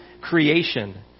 creation